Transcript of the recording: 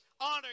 Honor